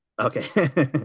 Okay